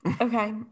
Okay